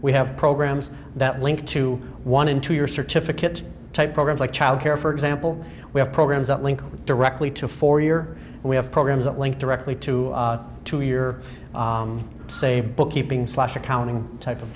we have programs that link to one into your certificate type programs like child care for example we have programs that link directly to four year we have programs that link directly to to your save bookkeeping slash accounting type of